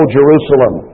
Jerusalem